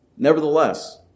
Nevertheless